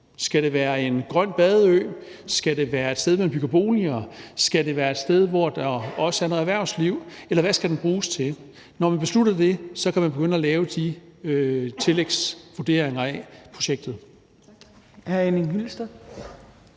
Skal det være en grøn badeø, skal det være et sted, man bygger boliger, skal det være et sted, hvor der også er noget erhvervsliv, eller hvad skal den bruges til? Når vi beslutter det, kan man begynde at lave de tillægsvurderinger af projektet.